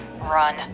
run